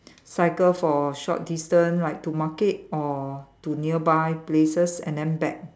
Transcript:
cycle for a short distance like to market or to nearby places and then back